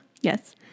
Yes